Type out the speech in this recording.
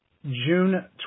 June